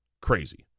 crazy